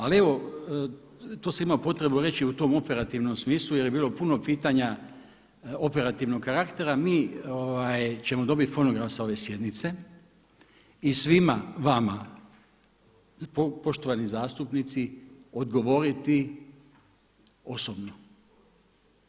Ali evo to sam imao potrebe reći u tom operativnom smislu jer je bilo puno pitanje operativnog karaktera, mi ćemo dobiti fonogram sa ove sjednice i svima vama poštovani zastupnici odgovoriti osobno.